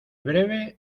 breve